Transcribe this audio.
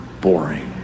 boring